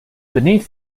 beneath